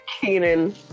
Keenan